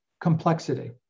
complexity